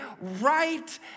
right